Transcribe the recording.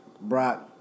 Brock